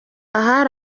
hari